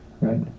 right